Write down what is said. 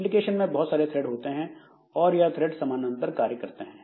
application में बहुत सारे थ्रेड होते हैं और यह थ्रेड समानांतर कार्य करते हैं